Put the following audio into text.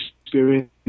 experience